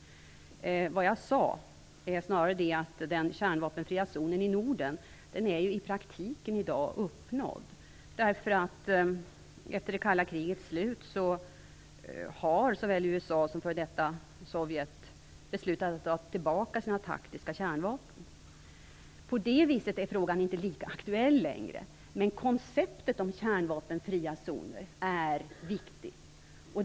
Vad jag sade var snarare att den kärnvapenfria zonen i Norden i praktiken i dag är uppnådd, därför att efter det kalla krigets slut har såväl USA som f.d. Sovjet beslutat att dra tillbaka sina taktiska kärnvapen. På det viset är frågan inte lika aktuell längre, men konceptet om kärnvapenfria zoner är viktigt.